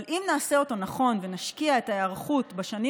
אבל אם נעשה אותו נכון ונשקיע בהיערכות בשנים